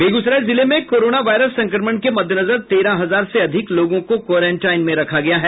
बेगूसराय जिले में corona virus संक्रमण के मद्देनजर तेरह हजार से अधिक लोगों को क्वारंटाईन में रखा गया है